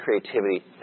creativity